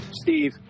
Steve